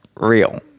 real